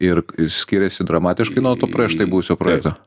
ir skiriasi dramatiškai nuo to prieš tai buvusio projekto